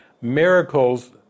Miracles